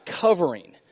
covering